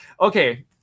Okay